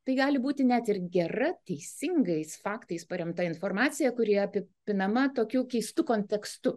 tai gali būti net ir gera teisingais faktais paremta informacija kuri apie pinama tokiu keistu kontekstu